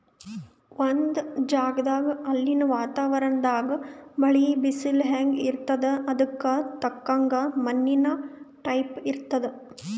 ಒಂದ್ ಜಗದಾಗ್ ಅಲ್ಲಿನ್ ವಾತಾವರಣದಾಗ್ ಮಳಿ, ಬಿಸಲ್ ಹೆಂಗ್ ಇರ್ತದ್ ಅದಕ್ಕ್ ತಕ್ಕಂಗ ಮಣ್ಣಿನ್ ಟೈಪ್ ಇರ್ತದ್